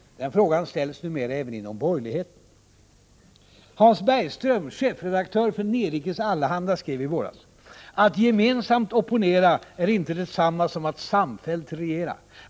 Den frågan ställs numera även inom borgerligheten. Hans Bergström, chefredaktör för Nerikes Allehanda, skrev i våras: ”Att gemensamt opponera är inte detsamma som att samfällt regera.